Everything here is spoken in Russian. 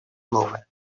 новое